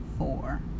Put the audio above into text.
Four